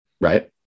Right